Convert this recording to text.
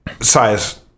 size